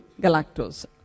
galactose